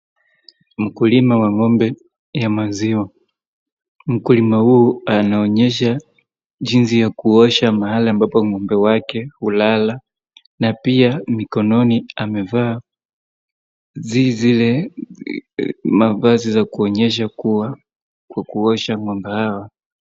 Mkulima wa ng'ombe ya maziwa, mkulima huu anaonyesha jinsi ya kuosha mahali ambapo ng'ombe wake hulala na pia mkononi amevaa zile mavazi za kuonyesha kuwa kwa kuosha ng'ombe hawa.